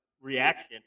reaction